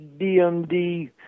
DMD